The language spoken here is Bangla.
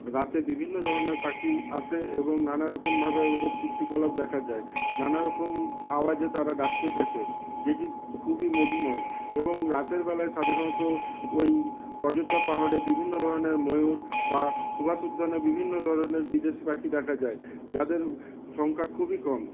রাতে বিভিন্ন ধরনের পাখি আসে এবং নানারকমভাবে ওদের কীর্তিকলাপ দেখা যায় নানারকম আওয়াজে তারা ডাকতে থাকে যেটি খুবই মধুময় এবং রাতের বেলায় সাধারণত ওই অযোধ্যা পাহাড়ে বিভিন্ন ধরনের ময়ূর বা সুভাষ উদ্যানে বিভিন্ন ধরনের বিদেশি পাখি দেখা যায় যাদের সংখ্যা খুবই কম